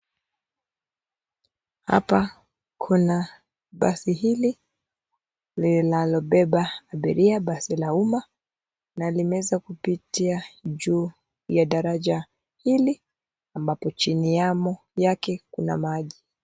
Hapa kuna basi hili linalobeba abiria, basi la umma, na limeweza kupitia juu ya daraja hili ambapo chini yake kuna maji .